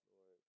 Lord